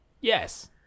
Yes